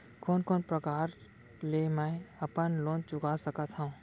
कोन कोन प्रकार ले मैं अपन लोन चुका सकत हँव?